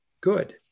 good